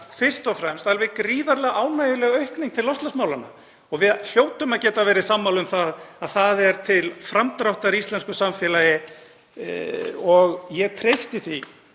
fyrst og fremst gríðarlega ánægjuleg aukning til loftslagsmálanna. Við hljótum að geta verið sammála um að það er til framdráttar íslensku samfélagi. Ég treysti því